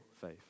faith